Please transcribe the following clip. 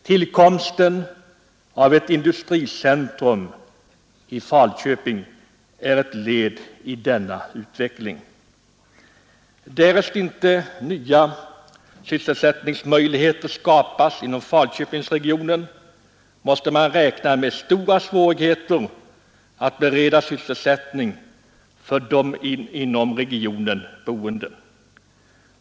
Tillkomsten av ett industricentrum i Falköping är ett led i denna utveckling. Därest inte nya sysselsättningsmöjligheter skapas inom Falköpingsregionen, måste man räkna med stora svårigheter att bereda sysselsättning för de inom regionen boende.